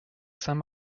saint